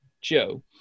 Joe